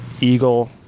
eagle